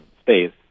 space